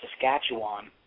Saskatchewan